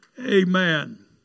amen